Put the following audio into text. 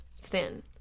thin